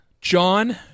John